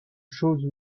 chose